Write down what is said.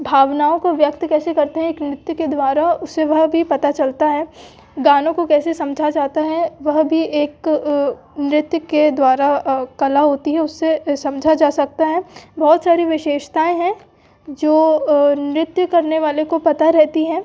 भावनाओं को व्यक्त कैसे करते हैं एक नृत्य के द्वारा उसे वह भी पता चलता है गानों को कैसे समझा जाता है वह भी एक नृत्य के द्वारा कला होती है उससे समझा जा सकता है बहुत सारी विशेषताऍं हैं जो नृत्य करने वाले को पता रहती हैं